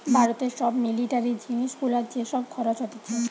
ভারতে সব মিলিটারি জিনিস গুলার যে সব খরচ হতিছে